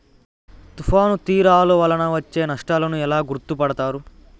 తుఫాను తీరాలు వలన వచ్చే నష్టాలను ఎలా గుర్తుపడతారు?